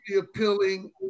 appealing